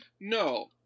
No